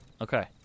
Okay